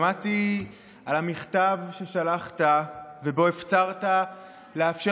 שמעתי על המכתב ששלחת ובו הפצרת לאפשר